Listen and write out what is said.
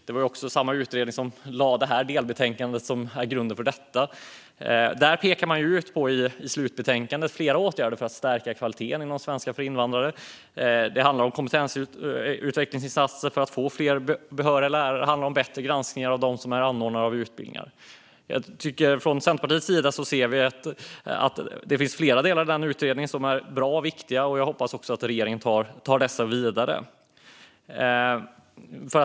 Det var också samma utredning som lade fram det delbetänkande som är grunden för detta ärende. I slutbetänkandet pekar man på flera åtgärder för att stärka kvaliteten inom svenska för invandrare. Det handlar om kompetensutvecklingsinsatser för att få fler behöriga lärare och om bättre granskningar av dem som anordnar utbildningar. Från Centerpartiets sida ser vi att det finns flera delar i utredningen som är bra och viktiga. Jag hoppas också att regeringen tar dessa vidare.